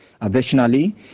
Additionally